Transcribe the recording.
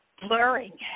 blurring